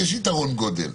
יש יתרון גודל.